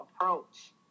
approach